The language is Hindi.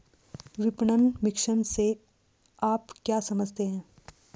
विपणन मिश्रण से आप क्या समझते हैं?